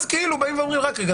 אז באים ואומרים: רק רגע,